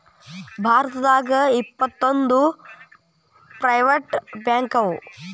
ಭಾರತದಾಗ ಇಪ್ಪತ್ತೊಂದು ಪ್ರೈವೆಟ್ ಬ್ಯಾಂಕವ